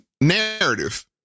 narrative